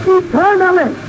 eternally